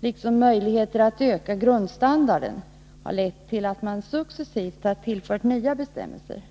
liksom möjligheter att öka grundstandarden har lett till att man successivt har tillfört nya bestämmelser.